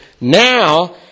now